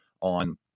on